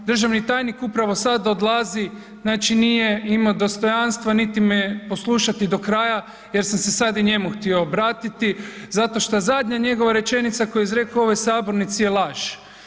Državni tajnik upravo sada odlazi, znači nije imao dostojanstva niti me poslušati do kraja jer sam se sad i njemu htio obratiti zato što zadnja njegova rečenica koju je izrekao u ovoj sabornici je laž.